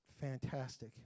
fantastic